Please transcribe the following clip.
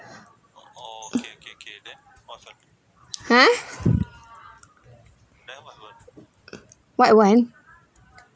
!huh! what want